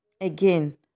Again